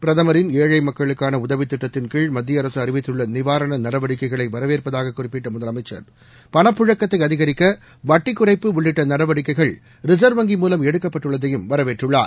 பிரதமரின் ஏழழமக்களுக்கானஉதவித் திட்டத்தின்கீழ் மத்தியஅரசுஅறிவித்துள்ளநிவாரணநடவடிக்கைகளைவரவேற்பதாககுறிப்பிட்டமுதலமைச்சர் பணப்புழக்கத்தைஅதிகரிக்கவட்டிக் குறைப்பு உள்ளிட்டநடவடிக்கைகள் ரிசர்வ் வங்கி முலம் எடுக்கப்பட்டுள்ளதையும் வரவேற்றள்ளார்